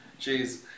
Jeez